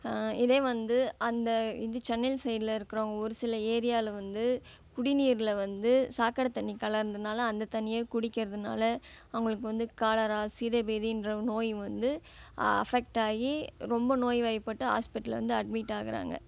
இதே வந்து அந்த இது சென்னையில் சைடில் இருக்கிறவுங்க ஒரு சில ஏரியாவில் வந்து குடிநீரில் வந்து சாக்கடை தண்ணி கலந்தனால் அந்த தண்ணியை குடிக்கிறதினால அவர்களுக்கு வந்து காலரா சீத பேதின்ற நோய் வந்து அஃபக்ட் ஆகி ரொம்ப நோய்வாய்ப்பட்டு ஹாஸ்பெட்டலில் வந்து அட்மிட் ஆகுறாங்க